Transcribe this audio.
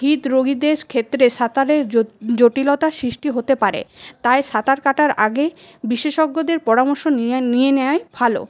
হৃদরোগীদের ক্ষেত্রে সাঁতারের জোট জটিলটা সৃষ্টি হতে পারে তাই সাঁতার কাটার আগে বিশেষজ্ঞদের পরামর্শ নিয়ে নিয়ে নেওয়াই ভালো